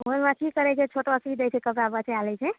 ओहिमे की करैत छै छोटो सी दै छै कपड़ा बचा लै छै